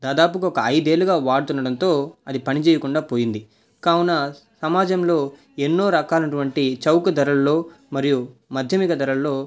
దాదాపుగా ఒక ఐదేళ్ళుగా వాడుతుండడంతో అది పనిచేయకుండా పోయింది కావున సమాజంలో ఎన్నో రకాలు ఉన్నటువంటి చౌక ధరలలో మరియు మాధ్యమిక ధరలలో